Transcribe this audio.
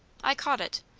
i caught it.